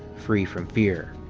free from fear.